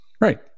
right